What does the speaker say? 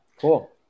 cool